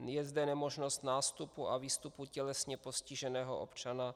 Je zde nemožnost nástupu a výstupu tělesně postiženého občana.